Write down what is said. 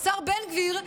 השר בן גביר,